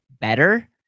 better